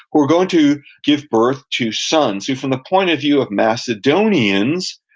who are going to give birth to sons who, from the point of view of macedonians,